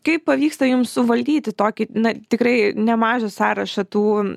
kaip pavyksta jums suvaldyti tokį na tikrai nemažą sąrašą tų